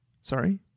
sorry